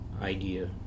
idea